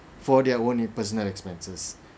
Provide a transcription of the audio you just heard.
for their own personal expenses